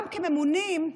גם כממונים,